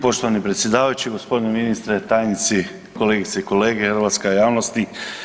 Poštovani predsjedavajući, gospodine ministre, tajnici, kolegice i kolege, hrvatska javnosti.